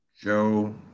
Joe